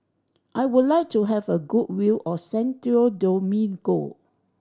I would like to have a good view of Santo Domingo